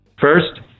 first